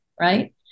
Right